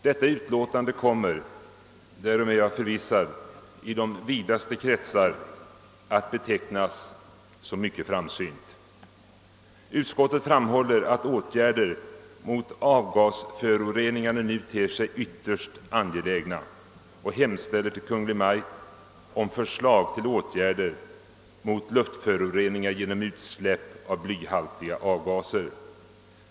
Dess förslag kommer därmed — det är jag förvissad om — i de vidaste kretsar att betecknas som mycket framsynt. Utskottet framhåller att åtgärder mot avgasföroreningarna nu ter sig ytterst angelägna och hemställer hos Kungl. Maj:t om förslag till åtgärder mot luftföroreningar genom utsläpp av blyhaltiga avgaser.